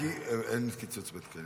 אין קיצוץ בתקני